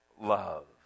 love